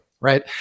right